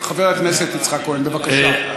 חבר הכנסת יצחק כהן, בבקשה.